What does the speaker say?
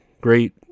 great